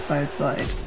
outside